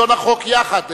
שלטון החוק יחד,